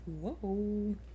Whoa